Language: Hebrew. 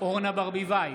אורנה ברביבאי,